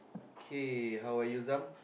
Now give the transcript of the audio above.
kay how are you Sam